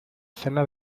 cena